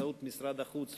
באמצעות משרד החינוך,